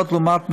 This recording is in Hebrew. לעומת זאת,